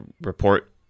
report